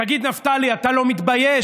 תגיד, נפתלי, אתה לא מתבייש?